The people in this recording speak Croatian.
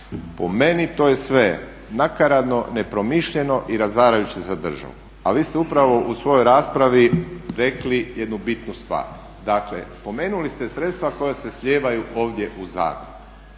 Po meni to je sve nakaradno, nepromišljeno i razarajuće za državu A vi ste upravo u svojoj raspravi rekli jednu bitnu stvar. Dakle spomenuli ste sredstva koja se slijevaju ovdje u …